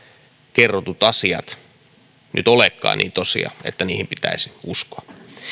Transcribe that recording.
kerrotut asiat nyt olekaan niin tosia että niihin pitäisi uskoa